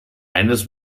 eines